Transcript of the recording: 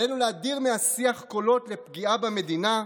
עלינו להדיר מהשיח קולות לפגיעה במדינה,